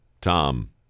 Tom